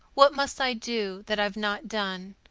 what must i do that i've not done,